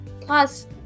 Plus